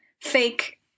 fake